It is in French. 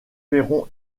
perron